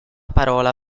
parola